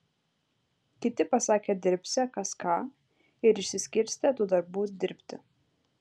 kiti pasakė dirbsią kas ką ir išsiskirstė tų darbų dirbti